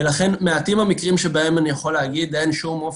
ולכן מעטים המקרים שבהם אני יכול להגיד: אין שום אופק,